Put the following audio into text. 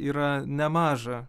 yra nemaža